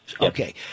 Okay